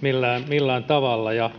millään millään tavalla ja